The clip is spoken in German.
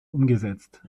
umgesetzt